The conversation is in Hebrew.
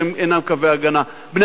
שהם אינם קווים בני-הגנה,